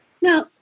Now